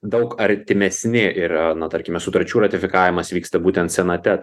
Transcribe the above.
daug artimesni yra na tarkime sutarčių ratifikavimas vyksta būtent senate